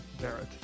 Barrett